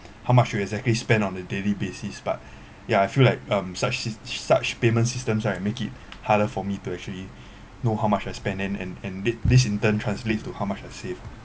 how much you exactly spend on a daily basis but ya I feel like um such s~ s~ such payment systems right make it harder for me to actually know how much I spent in and and did this in turn translates to how much I save